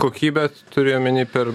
kokybės turi omeny per